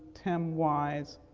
tim wise,